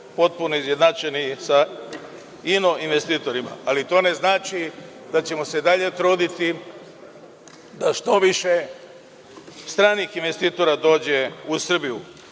potpuno izjednačeni sa inoinvestitorima. To znači da ćemo se i dalje truditi da što više stranih investitora dođe u